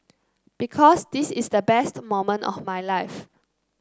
because this is the best moment of my life